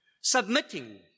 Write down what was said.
Submitting